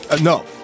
No